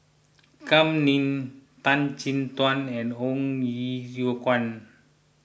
Kam Ning Tan Chin Tuan and Ong Ye Kung